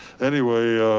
anyway,